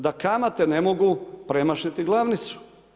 Da kamate ne mogu premašiti glavnicu.